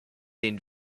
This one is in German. den